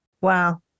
Wow